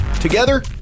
Together